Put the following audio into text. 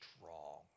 strong